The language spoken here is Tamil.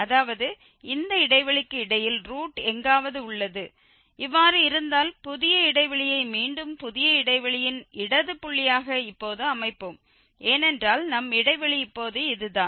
அதாவது இந்த இடைவெளிக்கு இடையில் ரூட் எங்காவது உள்ளது இவ்வாறு இருந்தால் புதிய இடைவெளியை மீண்டும் புதிய இடைவெளியின் இடது புள்ளியாக இப்போது அமைப்போம் ஏனென்றால் நம் இடைவெளி இப்போது இதுதான்